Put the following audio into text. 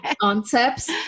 concepts